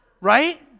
right